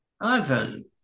Ivan